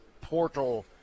portal